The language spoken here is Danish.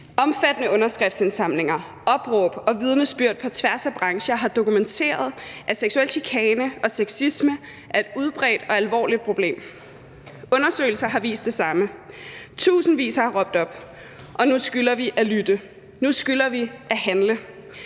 Omfattende underskriftindsamlinger, opråb og vidnesbyrd på tværs af brancher har dokumenteret, at seksuel chikane og sexisme er et udbredt og alvorligt problem. Undersøgelser har vist det samme. Tusindvis har råbt op. Nu skylder vi at lytte, nu skylder vi at handle,